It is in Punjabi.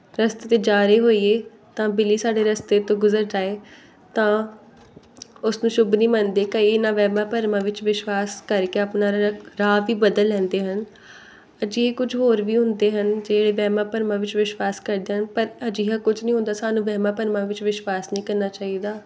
ਰਸਤੇ 'ਤੇ ਜਾ ਰਹੇ ਹੋਈਏ ਤਾਂ ਬਿੱਲੀ ਸਾਡੇ ਰਸਤੇ ਤੋਂ ਗੁਜ਼ਰ ਜਾਏ ਤਾਂ ਉਸ ਨੂੰ ਸ਼ੁੱਭ ਨਹੀਂ ਮੰਨਦੇ ਕਈ ਇਹਨਾਂ ਵਹਿਮ ਭਰਮਾਂ ਵਿੱਚ ਵਿਸ਼ਵਾਸ ਕਰਕੇ ਆਪਣਾ ਰ ਰਾਹ ਵੀ ਬਦਲ ਲੈਂਦੇ ਹਨ ਅਜਿਹੇ ਕੁਛ ਹੋਰ ਵੀ ਹੁੰਦੇ ਹਨ ਜਿਹੜੇ ਵਹਿਮਾਂ ਭਰਮਾਂ ਵਿੱਚ ਵਿਸ਼ਵਾਸ ਕਰਦੇ ਹਨ ਪਰ ਅਜਿਹਾ ਕੁਛ ਨਹੀਂ ਹੁੰਦਾ ਸਾਨੂੰ ਵਹਿਮਾਂ ਭਰਮਾਂ ਵਿੱਚ ਵਿਸ਼ਵਾਸ ਨਹੀਂ ਕਰਨਾ ਚਾਹੀਦਾ